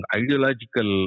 ideological